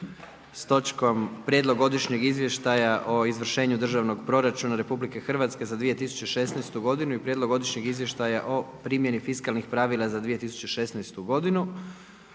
sa točkom - Prijedlog Godišnjeg izvještaja o izvršenju Državnog proračuna Republike Hrvatske za 2016. godinu i Prijedlog godišnjeg izvještaja o primjeni fiskalnih pravila za 2016. godinu